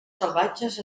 salvatges